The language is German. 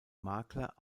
makler